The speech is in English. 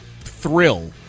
thrill